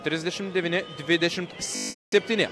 trisdešimt devyni dvidešimt septyni